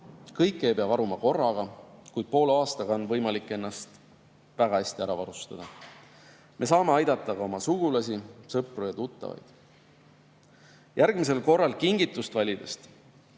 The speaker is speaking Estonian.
Kõike ei pea varuma korraga, kuid poole aastaga on võimalik ennast väga hästi varustada. Me saame aidata ka oma sugulasi, sõpru ja tuttavaid. Järgmisel korral kingitust valides